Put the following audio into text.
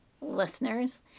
listeners